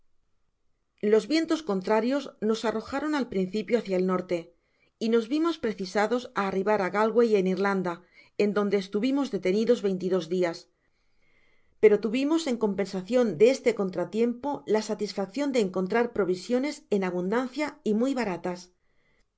los vientos contrarios nos arrojaron al principio hácia el norte y nos vimos precisados á arribar á galway en irlanda en donde estuvimos detenidos veinte y dos dias pero tuvimos en compensacion de este contratiempo la satisfaccion de encontrar provisiones en abundancia y muy baratas